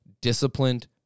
disciplined